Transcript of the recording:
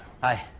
Hi